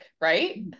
right